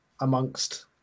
amongst